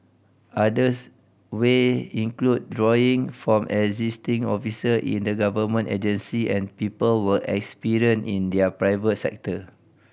others way include drawing from existing officer in the government agency and people were experience in the private sector